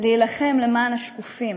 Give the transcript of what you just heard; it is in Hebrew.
להילחם למען השקופים.